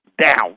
down